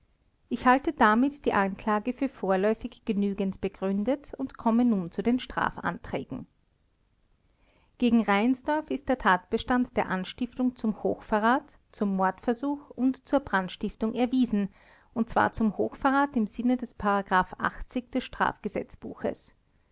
ich halte damit die anklage für vorläufig genügend begründet und komme nun zu den strafanträgen gegen reinsdorf ist der tatbestand der anstiftung zum hochverrat zum mordversuch und zur brandstiftung erwiesen und zwar zum hochverrat im sinne des des strafgesetzbuches